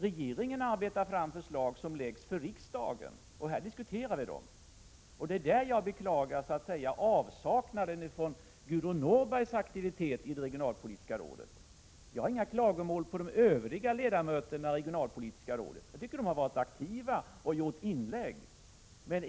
Regeringen arbetar fram förslag som läggs i riksdagen, och här diskuterar vi dessa. Jag beklagar avsaknaden av aktivitet från Gudrun Norberg i det regionalpolitiska rådet. Jag har inga klagomål på övriga ledamöter i rådet utan tycker att de har varit aktiva och gjort inlägg.